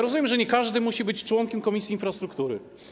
Rozumiem, że nie każdy musi być członkiem Komisji Infrastruktury.